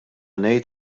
ngħid